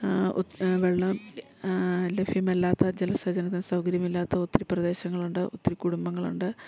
വെള്ളം ലഭ്യമല്ലാത്ത ജലസേചന സൗകര്യമില്ലാത്ത ഒത്തിരി പ്രദേശങ്ങളുണ്ട് ഒത്തിരി കുടുംബങ്ങളുണ്ട്